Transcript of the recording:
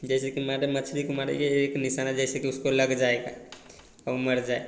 जैसे कि मैडम मछली को मारे यह एक निशाना जैसे कि उसको लग जाएगा और वह मर जाए